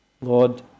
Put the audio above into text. Lord